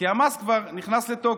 כי המס כבר נכנס לתוקף.